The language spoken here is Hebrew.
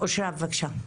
אושרה, בבקשה.